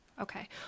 Okay